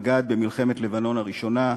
מג"ד במלחמת לבנון הראשונה,